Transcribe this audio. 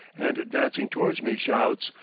and advancing toward me, shouts,